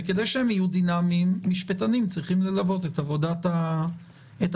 וכדי שהם יהיו דינמיים משפטנים צריכים ללוות את עבודת הוועדה.